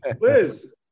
Liz